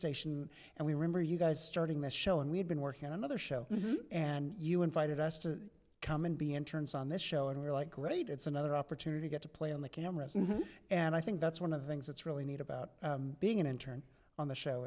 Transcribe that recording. station and we remember you guys starting the show and we had been working on another show and you invited us to come and be interns on this show and you're like great it's another opportunity get to play on the cameras and i think that's one of the things that's really neat about being an intern on the show